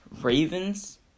Ravens